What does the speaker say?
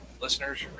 listeners